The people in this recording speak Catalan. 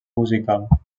musical